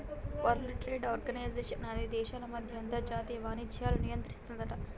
world trade organisation అనేది దేశాల మధ్య అంతర్జాతీయ వాణిజ్యాన్ని నియంత్రిస్తుందట